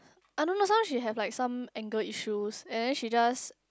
I don't know sometime she have like some anger issues and then she just